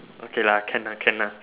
okay lah can lah can lah